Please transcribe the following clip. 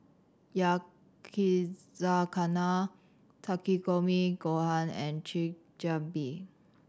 Yakizakana Takikomi Gohan and Chigenabe